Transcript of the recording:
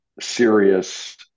serious